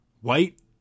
White